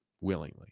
willingly